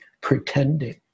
pretending